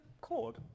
cord